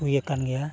ᱤᱭᱟᱹ ᱠᱟᱱ ᱜᱮᱭᱟ